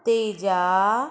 तेजा